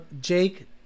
Jake